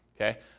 Okay